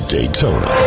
Daytona